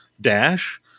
dash